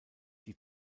die